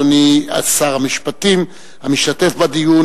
אדוני שר המשפטים המשתתף בדיון,